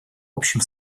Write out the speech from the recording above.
общим